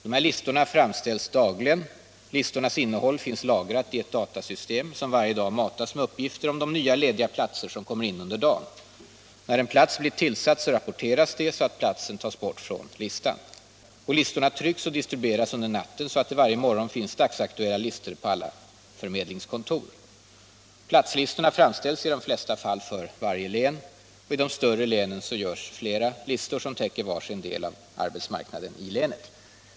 Dessa listor framställs dagligen. Listornas innehåll finns lagrat i ett datasystem, som varje dag matas med de uppgifter om lediga platser som kommer in under dagen. När en plats blir tillsatt rapporteras det, så att uppgiften om platsen tas bort från listan. Listorna trycks och distribueras under natten, så att det varje morgon finns dagsaktuella listor på alla förmedlingskontor. Platslistorna framställs i de flesta fall för varje län. I de större länen görs flera listor, som täcker var sin del av arbetsmarknaden i länet.